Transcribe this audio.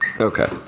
Okay